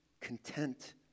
content